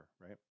right